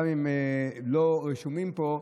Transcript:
גם אם לא שומעים פה,